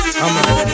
I'ma